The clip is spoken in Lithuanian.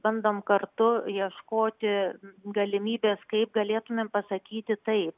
bandom kartu ieškoti galimybės kaip galėtumėm pasakyti taip